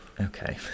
Okay